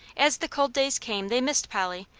as the cold days came they missed polly,